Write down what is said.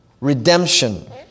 redemption